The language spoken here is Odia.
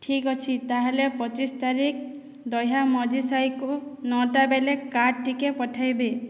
ଠିକ୍ଅଛି ତାହେଲେ ପଚିଶ ତାରିଖ ଦହ୍ୟା ମଝିସାହିକୁ ନଅଟାବେଲେ କାର୍ ଟିକିଏ ପଠେଇବେ